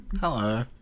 Hello